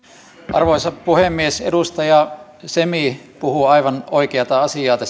arvoisa puhemies edustaja semi puhui aivan oikeata asiaa